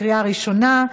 לקריאה ראשונה,